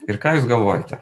ir ką jūs gavote